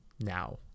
now